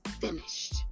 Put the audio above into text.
finished